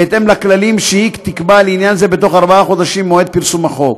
בהתאם לכללים שהיא תקבע לעניין זה בתוך ארבעה חודשים ממועד פרסום החוק.